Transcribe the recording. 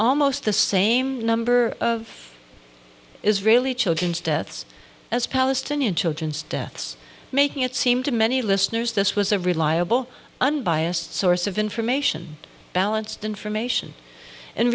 almost the same number of israeli children's deaths as palestinian children's deaths making it seem to many listeners this was a reliable unbiased source of information balanced information and